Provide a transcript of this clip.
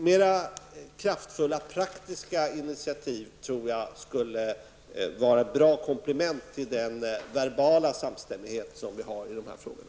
Mera kraftfulla praktiska initiativ skulle vara bra komplement till den verbala samstämmighet som vi har i de här frågorna.